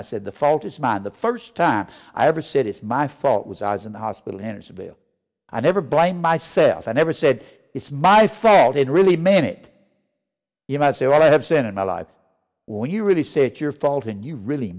i said the fault is mine the first time i ever said it's my fault was i was in the hospital and it's a bill i never blamed myself i never said it's my fault it really made it you might say what i have seen in my life when you really say it your fault and you really